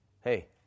hey